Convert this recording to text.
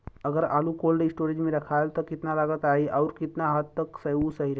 अगर आलू cold storage में रखायल त कितना लागत आई अउर कितना हद तक उ सही रही?